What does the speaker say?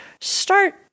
start